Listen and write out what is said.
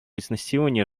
изнасилования